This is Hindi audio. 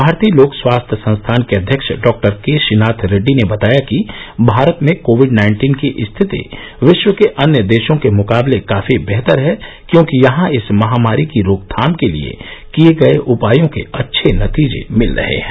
भारतीय लोक स्वास्थ्य संस्थान के अध्यक्ष डॉ के श्रीनाथ रेड्डी ने बताया कि भारत में कोविड नाइन्टीन की स्थिति विश्व के अन्य देशों के मुकाबले काफी बेहतर है क्योंकि यहां इस महामारी की रोकथाम के लिए किए गए उपायों के अच्छे नतीजे मिल रहे हैं